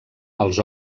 els